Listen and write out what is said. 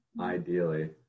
ideally